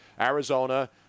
Arizona